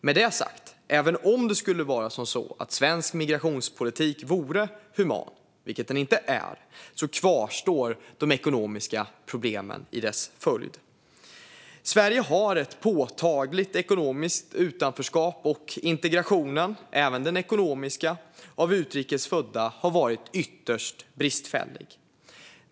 Med det sagt: Även om det skulle vara så att svensk migrationspolitik vore human, vilket den inte är, kvarstår de ekonomiska problemen i dess följd. Sverige har ett påtagligt ekonomiskt utanförskap, och integrationen, även den ekonomiska, av utrikes födda har varit ytterst bristfällig.